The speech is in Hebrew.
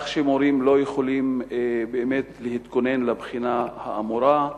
כך שמורים לא יכולים באמת להתכונן לבחינה האמורה.